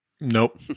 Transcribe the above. Nope